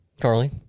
Carly